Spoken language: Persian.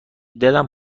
دلم